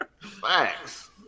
Facts